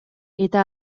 eta